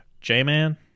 J-Man